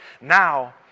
now